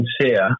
sincere